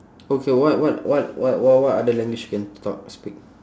okay what what what what w~ what other language you can talk speak